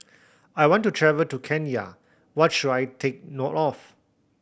I want to travel to Kenya what should I take note of